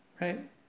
right